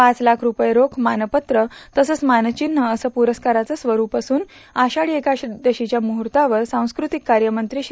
पाच लाख रुपये रोख मानपत्र तसंघ मानचिन्ह असं पुरस्कारांच स्वरूप असून आषाढी एकादशीच्या मुहूतांवर सांस्कृतिक कार्य मंत्री श्री